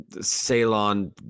Ceylon